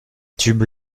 tubes